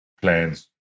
plans